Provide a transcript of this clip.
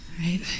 right